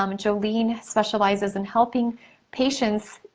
um and jolene specializes in helping patients,